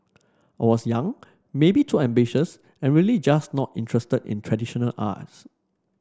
I was young maybe too ambitious and really just not interested in traditional arts